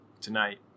tonight